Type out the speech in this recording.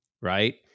right